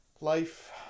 Life